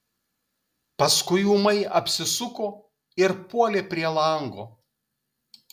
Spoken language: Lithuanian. paskui ūmai apsisuko ir puolė prie lango